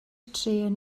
trên